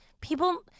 people